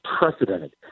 unprecedented